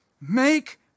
make